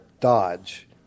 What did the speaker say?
dodge